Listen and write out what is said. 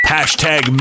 Hashtag